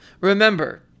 remember